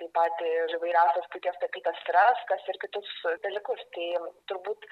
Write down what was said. tai patį ir įvairiausios studijos apie taip astras kas ir kitus dalykus tai turbūt